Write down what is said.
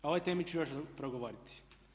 O ovoj temi ću još progovoriti.